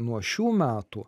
nuo šių metų